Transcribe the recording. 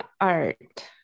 art